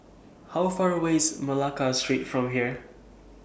How Far away IS Malacca Street from here